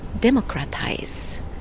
democratize